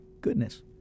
goodness